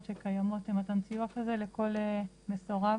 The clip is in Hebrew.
שקיימות למתן סיוע כזה לכל מסורב?